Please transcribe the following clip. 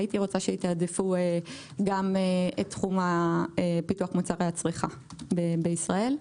הייתי רוצה שיתעדפו גם את תחום פיתוח מוצרי הצריכה בישראל.